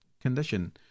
condition